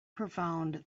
profound